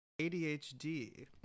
ADHD